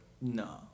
No